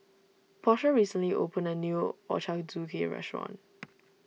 Portia recently opened a new Ochazuke restaurant